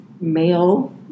male